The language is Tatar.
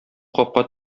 капка